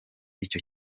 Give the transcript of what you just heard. icyo